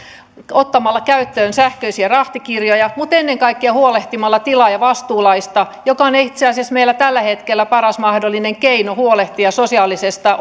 ottamalla käyttöön sähköisiä rahtikirjoja mutta ennen kaikkea huolehtimalla tilaajavastuulaista joka on itse asiassa meillä tällä hetkellä paras mahdollinen keino huolehtia sosiaalisesta